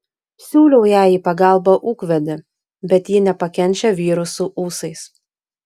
siūliau jai į pagalbą ūkvedį bet ji nepakenčia vyrų su ūsais